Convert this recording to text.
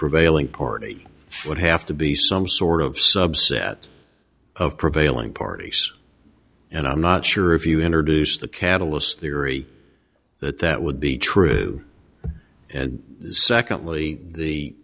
prevailing party would have to be some sort of subset of prevailing parties and i'm not sure if you introduce the catalyst theory that that would be true and secondly the